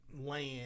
land